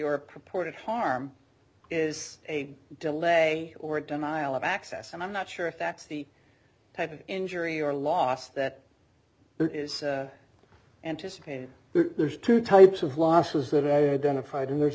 or purported harm is a delay or denial of access and i'm not sure if that's the type of injury or loss that there is anticipated there's two types of losses that i identified and there's